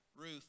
Ruth